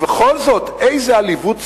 ובכל זאת, איזו עליבות ציונית,